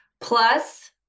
plus